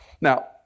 Now